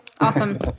Awesome